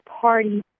party